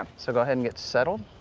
um so go ahead and get settled